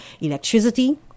electricity